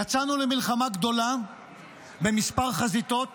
יצאנו למלחמה גדולה במספר חזיתות